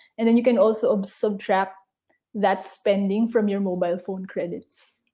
and then you can also um so track that spending from your mobile phone credits.